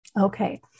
Okay